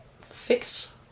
fix